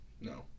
No